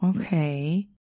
okay